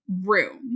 room